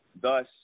Thus